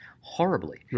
horribly